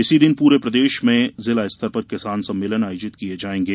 इसी दिन पूरे प्रदेश में जिला स्तर पर किसान सम्मेलन आयोजित किये जायेंगे